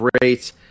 great